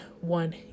one